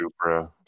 Supra